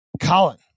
colin